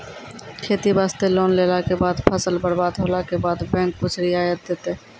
खेती वास्ते लोन लेला के बाद फसल बर्बाद होला के बाद बैंक कुछ रियायत देतै?